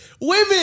Women